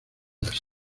las